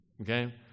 okay